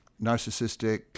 narcissistic